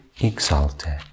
exalted